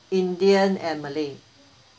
indian and malay